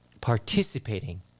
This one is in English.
participating